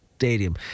stadium